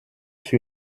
sur